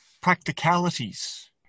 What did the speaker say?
practicalities